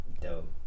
dope